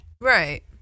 Right